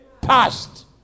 passed